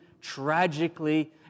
tragically